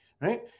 right